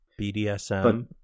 BDSM